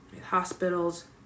hospitals